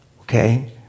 okay